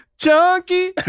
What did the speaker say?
Chunky